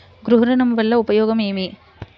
గృహ ఋణం వల్ల ఉపయోగం ఏమి?